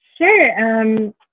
Sure